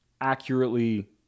accurately